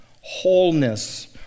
wholeness